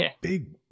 big